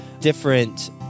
different